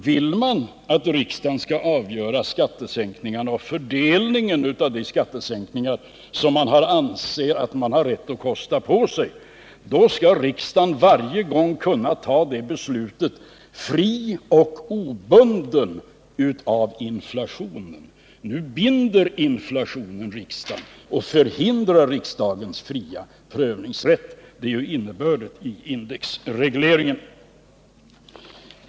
Vill man att riksdagen skall avgöra skattesänkningarna och fördelningen av de skattesänkningar som man anser att man har rätt att kosta på sig, då skall riksdagen varje gång kunna ta det beslutet fri och obunden av inflationen. Nu binder inflationen riksdagen och förhindrar riksdagens fria prövningsrätt — det är ju innebörden av indexregleringen.